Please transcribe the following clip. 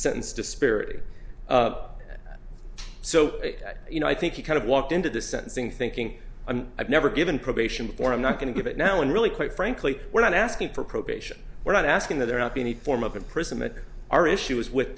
sentence disparity so you know i think you kind of walked into the sentencing thinking i'm i've never given probation or i'm not going to give it now and really quite frankly we're not asking for probation we're not asking that there not be any form of imprisonment are issues with